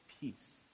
Peace